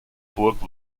burg